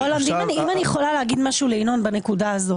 אני רוצה לומר לינון בנקודה הזו